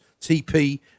TP